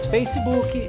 Facebook